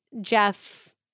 Jeff